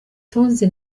tonzi